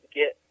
get